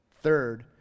Third